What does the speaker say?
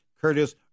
Curtis